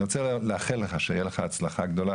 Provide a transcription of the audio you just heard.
אני רוצה לאחל לך הצלחה גדולה.